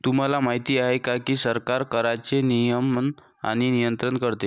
तुम्हाला माहिती आहे का की सरकार कराचे नियमन आणि नियंत्रण करते